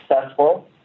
successful